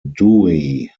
dewey